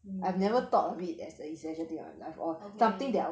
mm okay